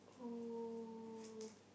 uh